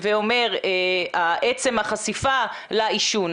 עצם החשיפה לעישון,